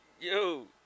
Yo